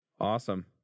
Awesome